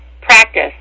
practice